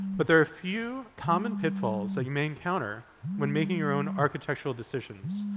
but there are a few common pitfalls that you may encounter when making your own architectural decisions,